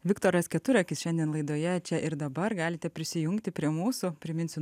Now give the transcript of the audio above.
viktoras keturakis šiandien laidoje čia ir dabar galite prisijungti prie mūsų priminsiu